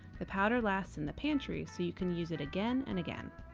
the powder lasts in the pantry so you can use it again and again.